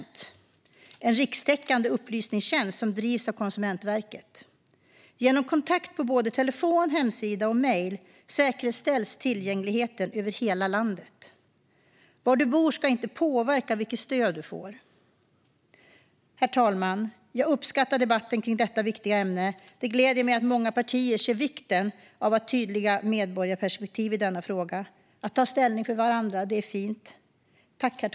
Det är en rikstäckande upplysningstjänst som drivs av Konsumentverket. Genom kontakt på både telefon, hemsida och mejl säkerställs tillgängligheten över hela landet. Var du bor ska inte påverka vilket stöd du får. Herr talman! Jag uppskattar debatten om detta viktiga ämne. Det gläder mig att många partier ser vikten av ett tydligt medborgarperspektiv i denna fråga. Att ta ställning för varandra är fint.